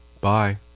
Bye